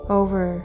over